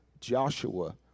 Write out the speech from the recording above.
Joshua